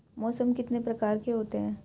मौसम कितने प्रकार के होते हैं?